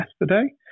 yesterday